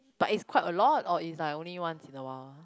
but it's quite a lot or it's only like once in a while